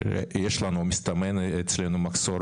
ויש לנו מסתמן אצלנו מחסור